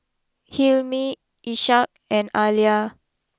Hilmi Ishak and Alya